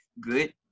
good